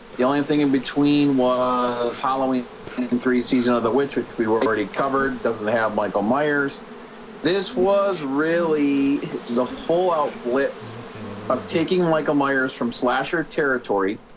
the only and thing in between was halloween and reese's another which which we've already covered doesn't have michael myers this was really the full out blitz of taking michael myers from slasher territory